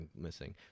missing